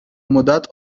مدت